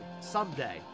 someday